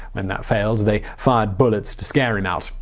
when that failed they fired bullets to scare him out.